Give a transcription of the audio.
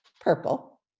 Purple